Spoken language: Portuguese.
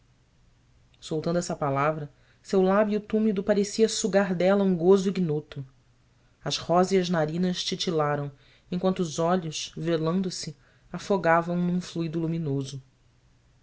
soltando essa palavra seu lábio túmido parecia sugar dela um gozo ignoto as róseas narinas titilaram enquanto os olhos velando se afogavam num fluido luminoso